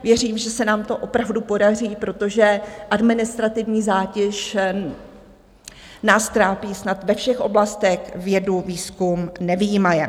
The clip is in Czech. Věřím, že se nám to opravdu podaří, protože administrativní zátěž nás trápí snad ve všech oblastech, vědu a výzkum nevyjímaje.